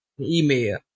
email